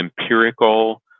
empirical